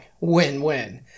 Win-win